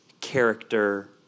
character